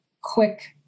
quick